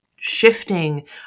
Shifting